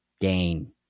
gain